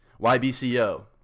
YBCO